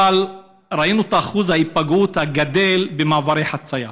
ראינו את אחוז ההיפגעות הגדל במעברי חציה.